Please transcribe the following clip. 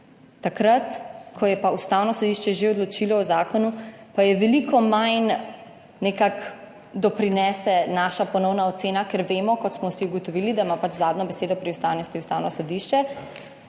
Takrat, ko je pa Ustavno sodišče že odločilo o zakonu, pa nekako veliko manj doprinese naša ponovna ocena, ker vemo, kot smo vsi ugotovili, da ima pač zadnjo besedo pri ustavnosti Ustavno sodišče.